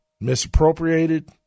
misappropriated